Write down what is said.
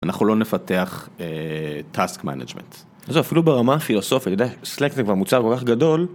אנחנו לא נפתח task management, אז אפילו ברמה הפילוסופיה, סלאק זה כבר מוצר כל כך גדול.